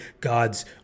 God's